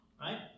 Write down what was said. right